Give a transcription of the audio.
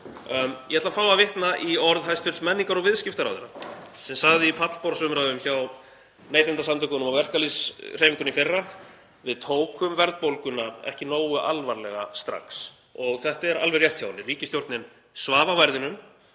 Ég ætla að fá að vitna í orð hæstv. menningar- og viðskiptaráðherra sem sagði í pallborðsumræðum hjá Neytendasamtökunum og verkalýðshreyfingunni í fyrra: Við tókum verðbólguna ekki nógu alvarlega strax. Þetta er alveg rétt hjá henni. Ríkisstjórnin svaf á verðinum